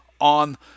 on